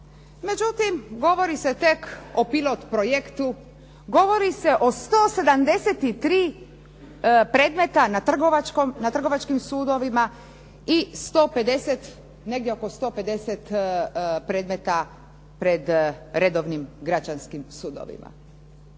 Međutim, govori se tek o pilot projektu, govori se o 173 predmeta na trgovačkim sudovima i negdje oko 150 predmeta pred redovnim građanskim sudovima.